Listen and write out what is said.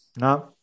no